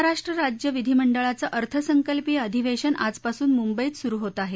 महाराष्ट्र राज्य विधिमंडळाचं अर्थसंकल्पीय अधिवेशन आजपासून मुंबईत सुरु होत आहे